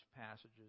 passages